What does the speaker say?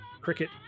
cricket